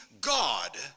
God